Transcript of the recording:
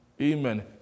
Amen